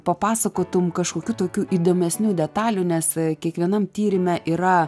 papasakotum kažkokių tokių įdomesnių detalių nes kiekvienam tyrime yra